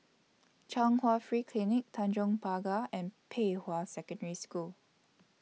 Chung Hwa Free Clinic Tanjong Pagar and Pei Hwa Secondary School